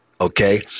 okay